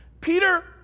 Peter